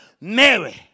Mary